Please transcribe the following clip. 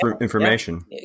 information